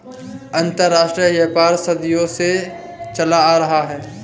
अंतरराष्ट्रीय व्यापार सदियों से चला आ रहा है